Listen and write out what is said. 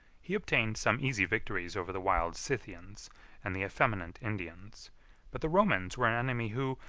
he obtained some easy victories over the wild scythians and the effeminate indians but the romans were an enemy, who,